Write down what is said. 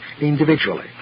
individually